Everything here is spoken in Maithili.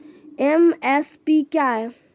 एम.एस.पी क्या है?